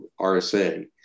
RSA